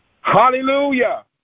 Hallelujah